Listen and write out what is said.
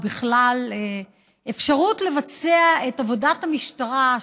ובכלל אפשרות לבצע את עבודת המשטרה,